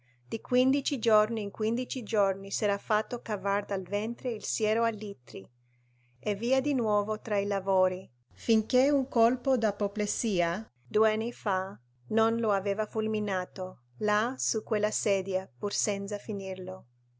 di quindici giorni in quindici giorni s'era fatto cavar dal ventre il siero a litri e via di nuovo tra i lavori finché un colpo d'apoplessia due anni fa non lo aveva fulminato là su quella sedia pur senza finirlo